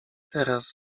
teraz